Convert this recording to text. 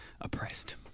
oppressed